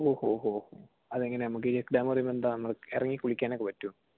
ഹോ ഹോ ഹോ അതെങ്ങനെയാണ് നമുക്ക് ഡാമ്ന്ന് പറയുമ്പോൾ എന്താ ഇറങ്ങി കുളിക്കാനൊക്കേ പറ്റുവോ